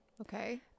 Okay